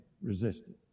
resisted